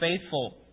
faithful